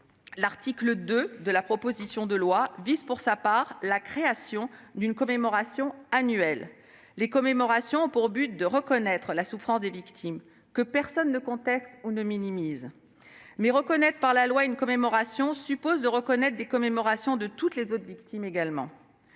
L'article 2 a pour objet la création d'une commémoration annuelle. Les commémorations ont pour but de reconnaître la souffrance des victimes, que personne ne conteste ou ne minimise. Toutefois, reconnaître par la loi une commémoration suppose de reconnaître également les commémorations de toutes les autres victimes.